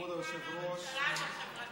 רואים כמה הממשלה הזאת חברתית.